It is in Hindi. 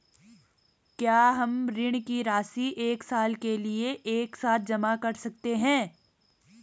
क्या हम ऋण की राशि एक साल के लिए एक साथ जमा कर सकते हैं?